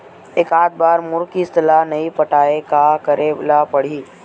एकात बार मोर किस्त ला नई पटाय का करे ला पड़ही?